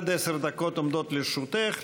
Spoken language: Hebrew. עד עשר דקות עומדות לרשותך.